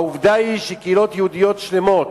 העובדה היא שקהילות יהודיות שלמות,